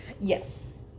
Yes